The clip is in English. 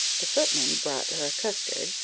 the footman brought her a custard,